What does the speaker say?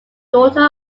daughter